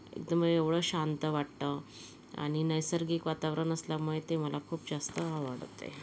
एकदम एवढं शांत वाटतं आणि नैसर्गिक वातावरण असल्यामुळे ते मला खूप जास्त आवडते